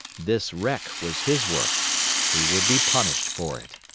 this wreck was his work he would be punished for it.